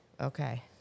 Okay